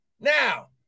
Now